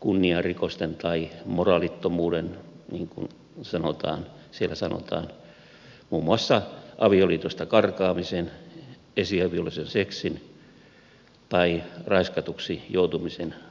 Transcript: kunniarikosten tai moraalittomuuden niin kuin siellä sanotaan muun muassa avioliitosta karkaamisen esiaviollisen seksin tai raiskatuksi joutumisen takia